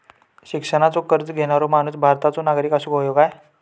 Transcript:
शिक्षणाचो कर्ज घेणारो माणूस भारताचो नागरिक असूक हवो काय?